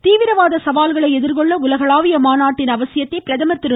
தீவிரவாத சவால்களை எதிர்கொள்ள உலகளாவிய மாநாட்டின் அவசியத்தை பிரதமர் திரு